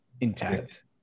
intact